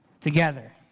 together